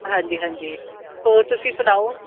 ਹਾਂਜੀ ਹਾਂਜੀ ਹੋਰ ਤੁਸੀਂ ਸੁਣਾਓ